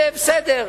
בסדר,